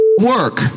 work